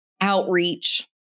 outreach